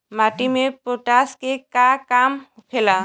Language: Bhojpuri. माटी में पोटाश के का काम होखेला?